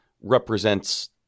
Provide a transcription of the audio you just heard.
represents